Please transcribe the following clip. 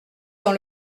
dans